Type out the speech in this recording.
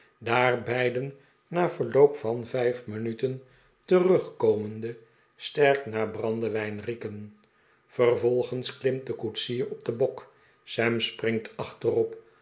daar beiden na verloop van vijf minuten terugkomende eenvroolijk ritje sterk naar brandewijn rieken vervolgens klimt de koetsier op den bok sam springt achterop